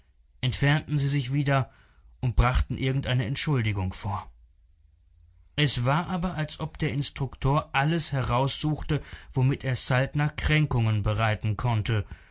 entfernten sie sich wieder und brachten irgendeine entschuldigung vor es war aber als ob der instruktor alles heraussuchte womit er saltner kränkungen bereiten konnte